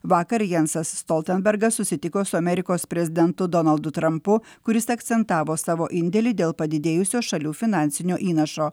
vakar jansas stoltenbergas susitiko su amerikos prezidentu donaldu trumpu kuris akcentavo savo indėlį dėl padidėjusio šalių finansinio įnašo